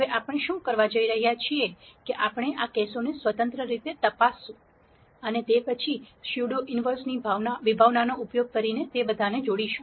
હવે આપણે શું કરવા જઈ રહ્યા છીએ કે આપણે આ કેસોને સ્વતંત્ર રીતે તપાસવા જઈશું અને તે પછી સ્યુડો ઈનવર્સ ની વિભાવનાનો ઉપયોગ કરીને તે બધાને જોડશું